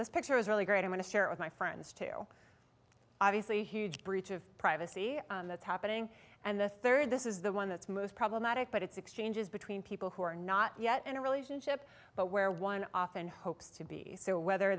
this picture is really great i want to share it with my friends too obviously huge breach of privacy that's happening and the third this is the one that's most problematic but it's exchanges between people who are not yet in a relationship but where one often hopes to be so whether